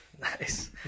Nice